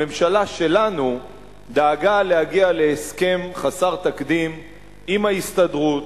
הממשלה שלנו דאגה להגיע להסכם חסר תקדים עם ההסתדרות,